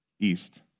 East